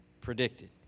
predicted